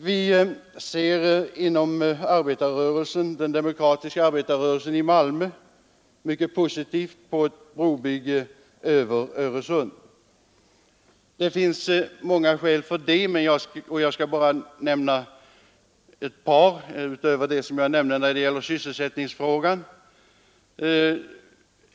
Vi ser inom den demokratiska arbetarrörelsen i Malmö mycket positivt på ett brobygge över Öresund. Det finns många skäl för det, och jag skall bara nämna ett par utöver det jag nämnde när det gäller sysselsättningen.